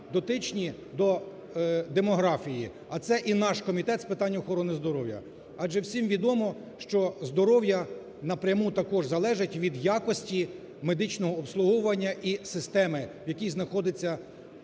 дотичні до демографії. А це і наш Комітет з питань охорони здоров'я, адже всім відомо, що здоров'я напряму також залежить від якості медичного обслуговування і системи, в якій знаходиться наша